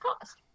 cost